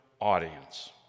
audience